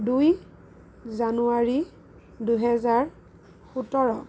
দুই জানুৱাৰী দুহেজাৰ সোতৰ